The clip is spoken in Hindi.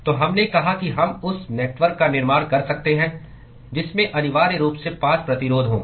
तो हमने कहा कि हम उस नेटवर्क का निर्माण कर सकते हैं जिसमें अनिवार्य रूप से 5 प्रतिरोध हों